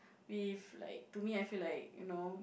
with like to me I feel like you know